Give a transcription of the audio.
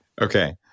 Okay